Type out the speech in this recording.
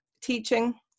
Teaching